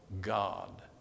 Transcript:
God